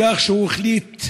בכך שהוא החליט,